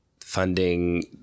funding